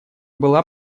была